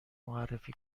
معرفی